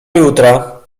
jutra